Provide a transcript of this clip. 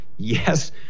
yes